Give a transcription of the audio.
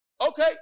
Okay